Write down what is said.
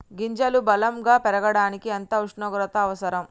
గింజలు బలం గా పెరగడానికి ఎంత ఉష్ణోగ్రత అవసరం?